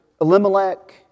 Elimelech